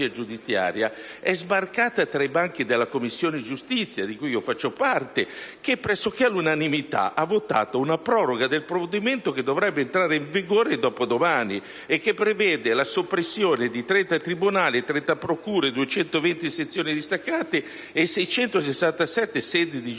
giudiziaria è sbarcata tra i banchi della Commissione giustizia, di cui faccio parte, che pressoché all'unanimità ha votato una proroga dell'entrata in vigore, che dovrebbe avvenire dopodomani, del provvedimento che prevede la soppressione di 30 tribunali, 30 procure, 220 sezioni distaccate e 667 sedi di giudici